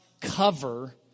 cover